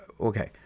Okay